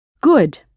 good